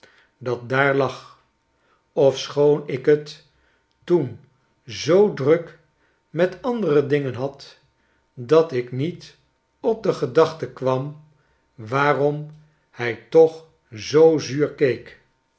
dat daar lag ofschoon ik t toen zoo druk met andere dingen had dat ik niet op de gedachte kwam waarom hij toch zoo zuur keek